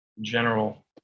general